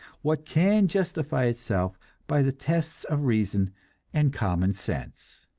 what can justify itself by the tests of reason and common sense.